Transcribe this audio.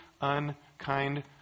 unkind